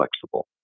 flexible